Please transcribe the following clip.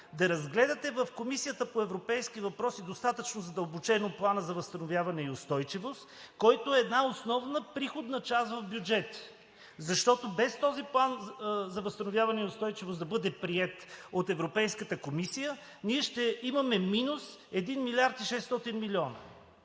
да разгледате в Комисията по въпросите на Европейския съюз достатъчно задълбочено Плана за възстановяване и устойчивост, който е една основна приходна част в бюджета! Защото без този План за възстановяване и устойчивост да бъде приет от Европейската комисия, ние ще имаме минус 1 милиард и 600 милиона.